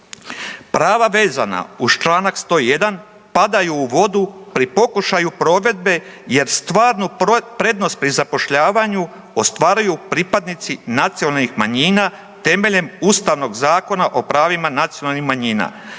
Prava vezana uz članak 101. Padaju u vodu pri pokušaju provedbe, jer stvarnu prednost pri zapošljavanju ostvaruju pripadnici nacionalnih manjina temeljem Ustavnog zakona o pravima nacionalnih manjina